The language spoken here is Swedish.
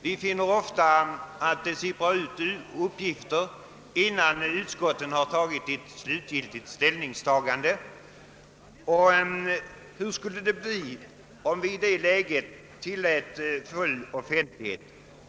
Vi finner ofta att uppgifter sipprar ut innan ett utskott slutgiltigt har tagit ställning till ett ärende, och hur skulle det bli om vi tillät full offentlighet?